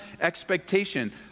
expectation